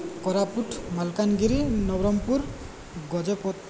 Koraput Malkangiri Nabarangpur Gajapati